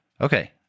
okay